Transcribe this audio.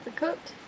cooked?